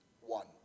one